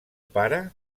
pare